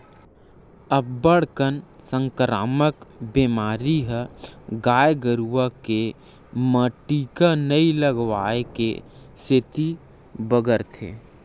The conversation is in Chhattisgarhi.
अब्बड़ कन संकरामक बेमारी ह गाय गरुवा के म टीका नइ लगवाए के सेती बगरथे